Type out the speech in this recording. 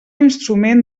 instrument